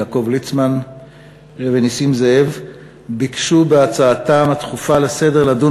יעקב ליצמן ונסים זאב ביקשו בהצעתם הדחופה לסדר-היום לדון